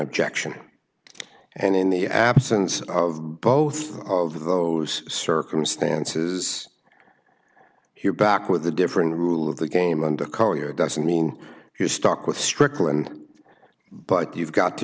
objection and in the absence of both of those circumstances you're back with a different rule of the game and a call you it doesn't mean you're stuck with strickland but you've got to